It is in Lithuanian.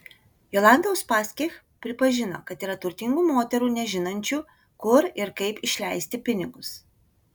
jolanta uspaskich pripažino kad yra turtingų moterų nežinančių kur ir kaip išleisti pinigus